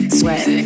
sweat